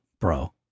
bro